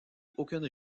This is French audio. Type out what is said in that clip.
aucune